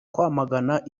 kwamagana